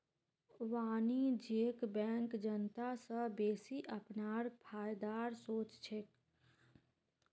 वाणिज्यिक बैंक जनता स बेसि अपनार फायदार सोच छेक